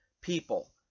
people